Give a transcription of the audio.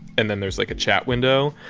and then there's like a chat window,